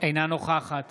אינה נוכחת